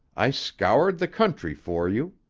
i scoured the country for you.